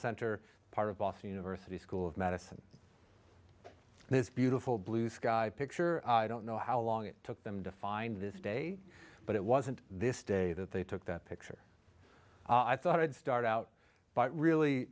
center part of boston university school of medicine this beautiful blue sky picture i don't know how long it took them to find this day but it wasn't this day that they took that picture i thought i'd start out by really